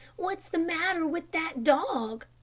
what is the matter with that dog?